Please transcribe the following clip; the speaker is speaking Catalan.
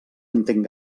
entenc